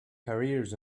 careers